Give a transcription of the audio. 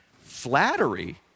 Flattery